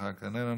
יוסף ג'בארין,